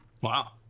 Wow